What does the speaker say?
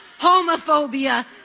homophobia